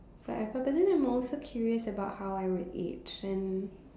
forever but then I'm also curious about how I would age then